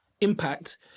impact